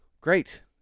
great